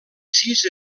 sis